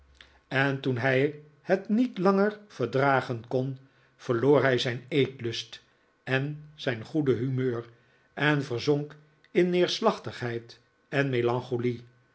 en toen hij het niet langer verdragen kon verloor hij zijn eetlust en zijn goede humeur en verzonk in neerslachtigheid en melancholie